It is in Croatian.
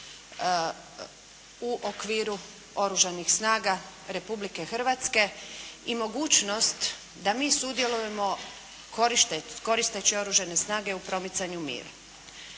u okviru oružanih snaga Republike Hrvatske i mogućnost da mi sudjelujemo koristeći oružane snage u promicanju mira.